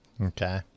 Okay